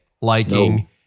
liking